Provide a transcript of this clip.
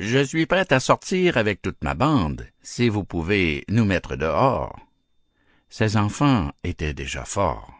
je suis prête à sortir avec toute ma bande si vous pouvez nous mettre hors ses enfants étaient déjà forts